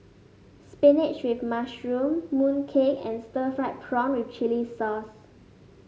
spinach with mushroom mooncake and Stir Fried Prawn with Chili Sauce